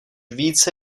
více